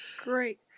Great